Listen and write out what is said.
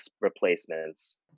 replacements